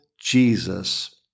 Jesus